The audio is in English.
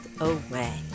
away